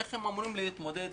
איך הם אמורים להתמודד